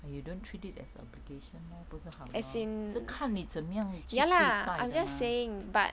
aiy~ you don't treat it as obligation lor 不是好 lor 是看你怎么样去的 mah